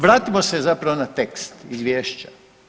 Vratimo se zapravo na tekst izvješća.